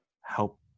help